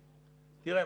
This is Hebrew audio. תראה,